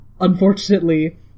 unfortunately